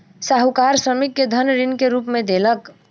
साहूकार श्रमिक के धन ऋण के रूप में देलक